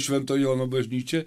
švento jono bažnyčią